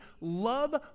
love